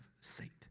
saint